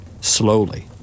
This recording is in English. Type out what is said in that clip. Slowly